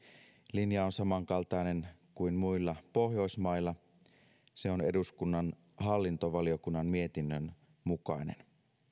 linja on samankaltainen kuin muilla pohjoismailla se on eduskunnan hallintovaliokunnan mietinnön mukainen